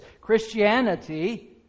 Christianity